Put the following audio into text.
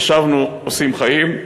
חשבנו עושים חיים".